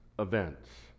Events